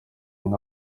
nka